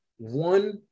one